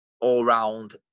all-round